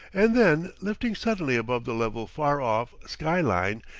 and then lifting suddenly above the level far-off sky-line,